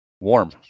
Warm